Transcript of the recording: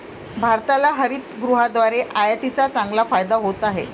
भारताला हरितगृहाद्वारे आयातीचा चांगला फायदा होत आहे